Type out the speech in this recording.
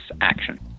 action